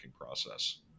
process